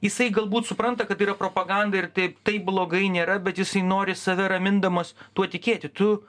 jisai galbūt supranta kad tai yra propaganda ir taip taip blogai nėra bet jisai nori save ramindamas tuo tikėti tu